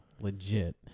legit